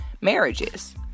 marriages